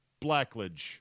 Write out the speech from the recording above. Blackledge